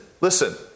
listen